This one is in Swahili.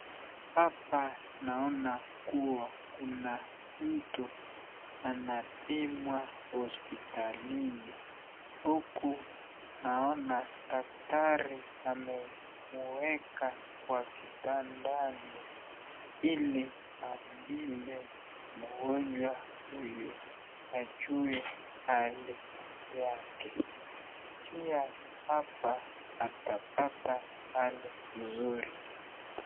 Hapa naona kuwa kuna mtu anapimwa hospitalini huku naona daktari amemueka kwa kitanda ili apime mgonjwa huyu ajue hali yake pia hapa atapata hali mzuri.